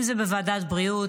אם זה בוועדת הבריאות,